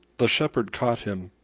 the shepherd caught him,